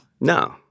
No